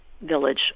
village